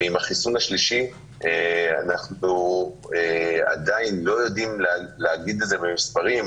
ועם החיסון השלישי אנחנו עדיין לא יודעים להגיד במספרים.